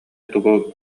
тугу